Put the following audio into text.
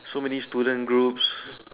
so many students groups